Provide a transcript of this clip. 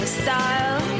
style